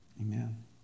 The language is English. Amen